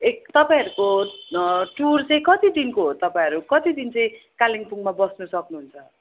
ए तपाईँहरूको टुर चाहिँ कति दिनको हो तपाईँहरू कति दिन चाहिँ कालेबुङमा बस्नु सक्नु हुन्छ